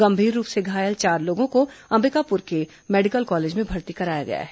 गंभीर रूप से घायल चार लोगों को अंबिकापुर के मेडिकल कॉलेज में भर्ती कराया गया है